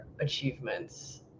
achievements